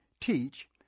teach